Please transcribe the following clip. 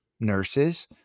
nurses